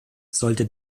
sollte